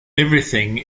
everything